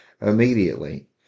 immediately